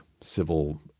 civil